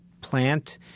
plant